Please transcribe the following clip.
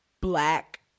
black